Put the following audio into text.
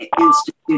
institute